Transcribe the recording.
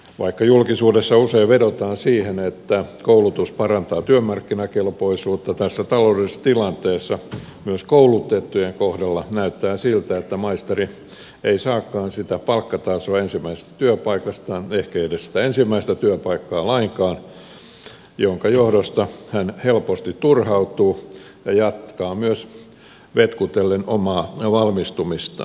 vaikka julkisuudessa usein vedotaan siihen että koulutus parantaa työmarkkinakelpoisuutta tässä taloudellisessa tilanteessa myös koulutettujen kohdalla näyttää siltä että maisteri ei saakaan sitä palkkatasoaan ensimmäisestä työpaikastaan ehkei edes sitä ensimmäistä työpaikkaa lainkaan minkä johdosta hän helposti turhautuu ja jatkaa myös vetkutellen omaa valmistumistaan